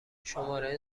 شماره